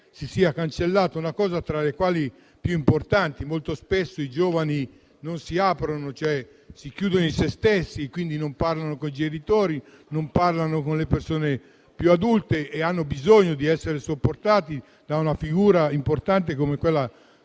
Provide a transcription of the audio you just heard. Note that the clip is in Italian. si sia cancellata una cosa tra le più importanti. Molto spesso i giovani non si aprono, si chiudono in se stessi, non parlano con i genitori, non parlano con le persone adulte e hanno bisogno di essere supportati da una figura importante come quella pedagogica